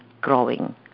growing